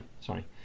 sorry